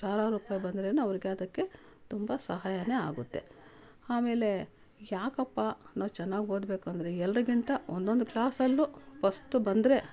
ಸಾವ್ರಾರು ರೂಪಾಯಿ ಬಂದರೇನೆ ಅವರಿಗೆ ಅದಕ್ಕೆ ತುಂಬ ಸಹಾಯವೇ ಆಗುತ್ತೆ ಆಮೇಲೆ ಯಾಕಪ್ಪ ನಾವು ಚೆನ್ನಾಗಿ ಓದಬೇಕು ಅಂದರೆ ಎಲ್ಲರಿಗಿಂತ ಒಂದೊಂದು ಕ್ಲಾಸಲ್ಲು ಫಸ್ಟು ಬಂದರೆ